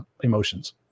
emotions